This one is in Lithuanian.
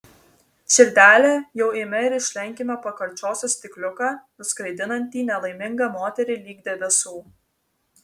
širdele jau eime ir išlenkime po karčiosios stikliuką nuskraidinantį nelaimingą moterį lig debesų